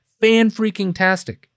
fan-freaking-tastic